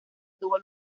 tuvo